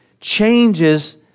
changes